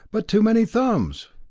but too many thumbs!